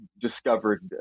discovered